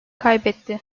kaybetti